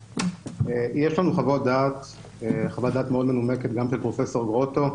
יש לנו חוות דעת מאוד מנומקת גם של פרופ' גרוטו.